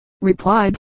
replied